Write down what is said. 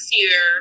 year